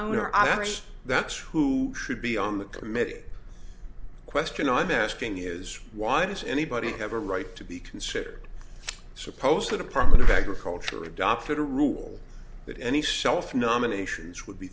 irish that's who should be on the committee question i'm asking is why does anybody have a right to be considered suppose the department of agriculture adopted a rule that any self nominations would be